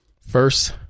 First